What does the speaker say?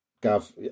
Gav